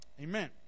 amen